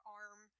arm